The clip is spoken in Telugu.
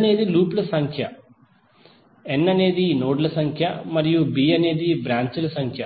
అనేది లూప్ ల సంఖ్య n అనేది నోడ్ ల సంఖ్య మరియు b అనేది బ్రాంచ్ ల సంఖ్య